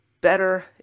better